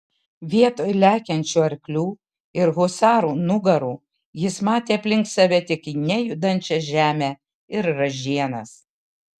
vietoj lekiančių arklių ir husarų nugarų jis matė aplink save tik nejudančią žemę ir ražienas